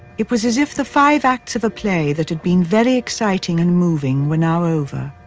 it was if the five acts of a play that had been very exciting and moving were now over.